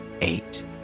eight